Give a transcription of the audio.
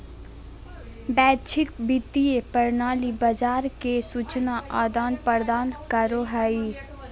वैश्विक वित्तीय प्रणाली बाजार के सूचना आदान प्रदान करो हय